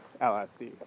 lsd